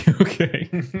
Okay